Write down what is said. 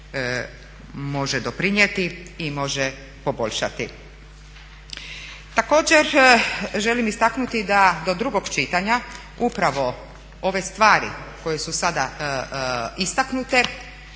može doprinijeti i može poboljšati.